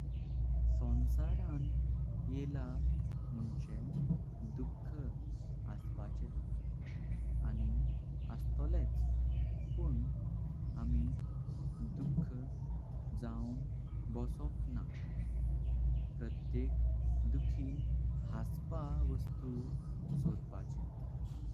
संसारान येला मुण्चे दुःख आसपाचे आनी असतोलेंच पुन आम्ही दुःखी जाऊन। बसोप ना प्रत्येक दुःखिन हसपा वस्तु सोडपाचे।